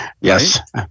Yes